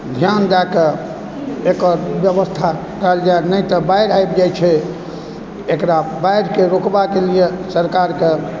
ध्यान दए कऽ एकर व्यवस्था कयल जाय नहि तऽ बाढ़ि आबि जाइ छै एकरा बाढ़िके रोकबा के लिए सरकारके